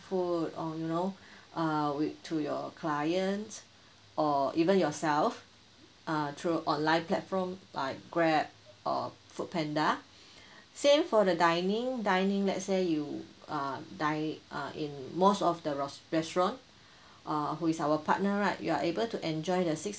food or you know err with to your client or even yourself uh through online platform like grab or food panda same for the dining dining let's say you uh dine uh in most of the restaurant uh who is our partner right you are able to enjoy the six